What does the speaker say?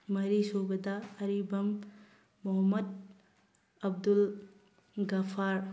ꯃꯔꯤꯁꯨꯕꯗ ꯑꯔꯤꯕꯝ ꯃꯣꯍꯃꯠ ꯑꯕꯗꯨꯜ ꯒꯐꯥꯔ